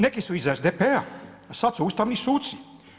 Neki su iz SDP-a, sad su ustavni suci.